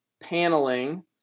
paneling